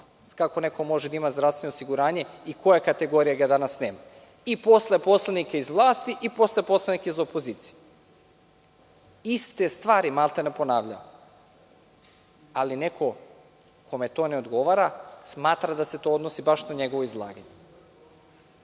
kako neko može da ima zdravstveno osiguranje i koje kategorije ga danas nemaju, i posle poslanika iz vlasti i posle poslanika iz opozicije. Iste stvari sam maltene ponavljao, ali neko kome to ne odgovara smatra da se to odnosi baš na njegovo izlaganje.